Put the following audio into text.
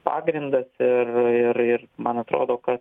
pagrindas ir ir ir man atrodo kad